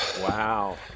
Wow